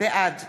בעד